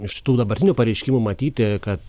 iš tų dabartinių pareiškimų matyti kad